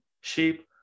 sheep